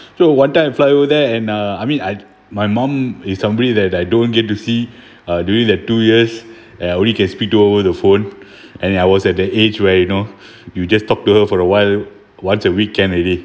so one time I fly over there and uh I mean I my mom is somebody that I don't get to see uh during that two years and I only can speak to her over the phone and I was at the age where you know you just talk to her for a while once a week can already